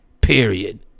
Period